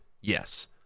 yes